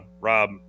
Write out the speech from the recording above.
Rob